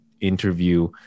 interview